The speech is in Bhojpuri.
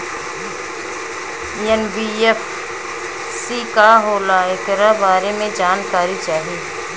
एन.बी.एफ.सी का होला ऐकरा बारे मे जानकारी चाही?